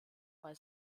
bei